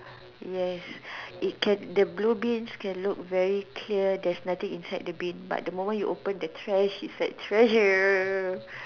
yes it can the blue bins can look very clear that's nothing inside the bin but the moment you open the thrash there's treasure